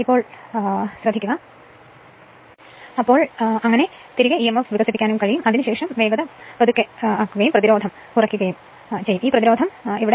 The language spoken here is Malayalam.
ഇപ്പോൾ അതിനു ശേഷം ഞാൻ വേഗത പതുക്കെ എടുക്കുകയും പതുക്കെ പ്രതിരോധം കുറയ്ക്കുകയും ഈ പ്രതിരോധം 0